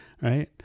right